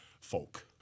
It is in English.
folk